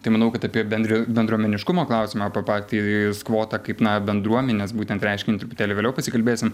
tai manau kad apie bendrio bendruomeniškumo klausimą pa patį jus skvotą kaip na bendruomenes būtent reiškinį truputėlį vėliau pasikalbėsim